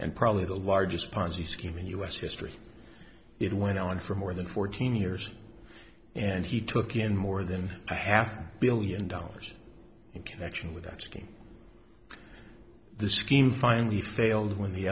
and probably the largest ponzi scheme in u s history it went on for more than fourteen years and he took in more than a half billion dollars in connection with asking the scheme finally failed when the